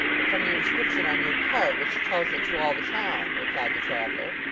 but from the inscription on your cart which tells it to all the town replied the traveller.